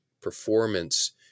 performance